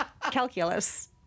calculus